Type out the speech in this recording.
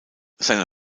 seine